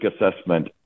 assessment